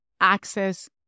access